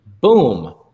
boom